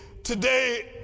Today